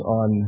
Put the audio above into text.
on